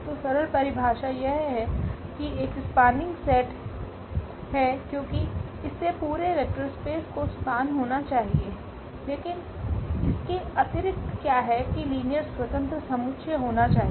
तो सरल परिभाषा यह है की एक स्पान्निंग सेट है क्योंकि इससे पूरे वेक्टर स्पेस का स्पान होना चाहिए लेकिन इसके अतिरिक्त क्या है कि लीनियर स्वतंत्र समुच्चय होना चाहिए